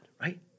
right